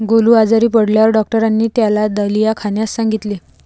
गोलू आजारी पडल्यावर डॉक्टरांनी त्याला दलिया खाण्यास सांगितले